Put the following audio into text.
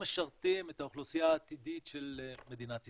משרתים את האוכלוסייה העתידית של מדינת ישראל.